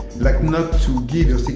like not to give your